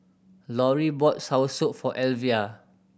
Laurie bought soursop for Elvia